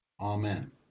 Amen